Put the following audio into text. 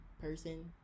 person